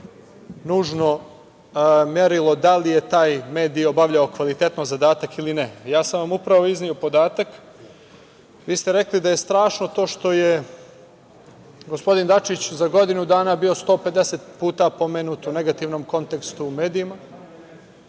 nužno merilo da li je taj medij obavljao kvalitetno zadatak ili ne. Ja sam vam upravo izneo podatak. Vi ste rekli da je strašno to što je gospodin Dačić za godinu dana bio 150 puta pomenut u negativnom kontekstu u medijima,